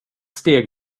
steg